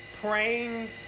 praying